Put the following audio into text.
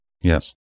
Yes